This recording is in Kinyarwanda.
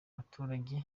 abaturage